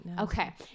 okay